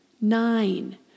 Nine